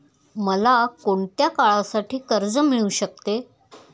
मला कोणत्या काळासाठी कर्ज मिळू शकते?